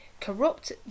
corrupt